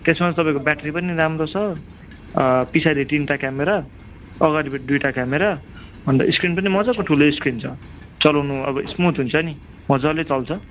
त्यसमा चाहिँ तपाईँको ब्याट्री पनि राम्रो छ पछाडि तिनवटा क्यामरा अगाडिपट्टि दुइवटा क्यामरा अन्त स्क्रिन पनि मजाको ठुलो स्क्रिन छ चलाउनु अब स्मुथ हुन्छ नि मजाले चल्छ